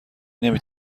نمی